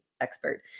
expert